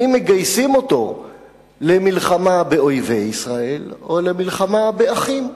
האם מגייסים אותו למלחמה באויבי ישראל או למלחמה באחים?